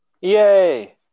Yay